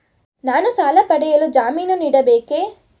ನಾನು ಸಾಲ ಪಡೆಯಲು ಜಾಮೀನು ನೀಡಬೇಕೇ?